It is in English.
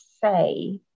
say